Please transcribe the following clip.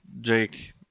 Jake